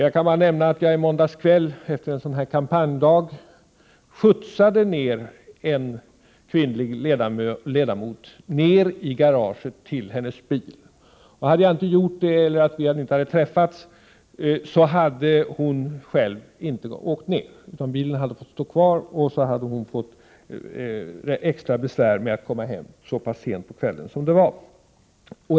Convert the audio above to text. Jag kan bara nämna att jag i måndags kväll efter en kampanjdag skjutsade ned en kvinnlig ledamot i garaget till hennes bil. Hade jag inte gjort det eller hade vi inte träffats hade hon inte själv gått ned utan bilen hade fått stå kvar, och så hade hon fått extra besvär med att komma hem så sent på kvällen som det var.